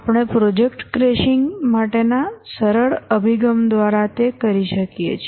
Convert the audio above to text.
આપણે project crashing માટેના સરળ અભિગમ દ્વારા તે કરી શકીએ છીએ